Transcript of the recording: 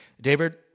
David